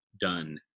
done